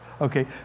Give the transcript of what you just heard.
Okay